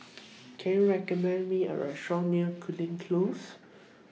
Can YOU recommend Me A Restaurant near Cooling Close